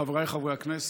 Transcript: חבריי חברי הכנסת,